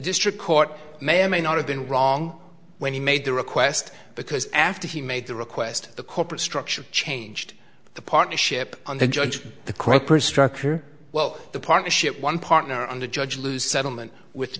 district court may or may not have been wrong when he made the request because after he made the request the corporate structure changed the partnership on the judge the crupper structure well the partnership one partner on the judge lou settlement with